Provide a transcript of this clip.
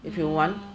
if you want